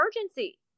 emergency